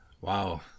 Wow